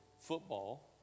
football